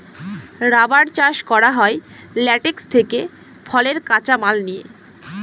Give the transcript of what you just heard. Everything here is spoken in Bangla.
রাবার চাষ করা হয় ল্যাটেক্স থেকে ফলের কাঁচা মাল নিয়ে